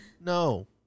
No